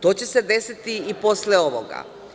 To će se desiti i posle ovoga.